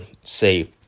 say